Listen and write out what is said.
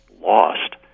lost